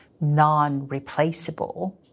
non-replaceable